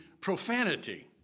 profanity